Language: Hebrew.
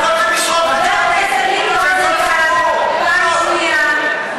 חבר הכנסת מיקי רוזנטל פעם שנייה.